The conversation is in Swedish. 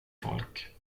folk